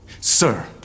Sir